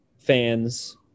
fans –